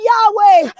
Yahweh